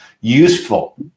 useful